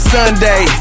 Sunday